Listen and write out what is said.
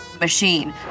machine